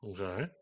Okay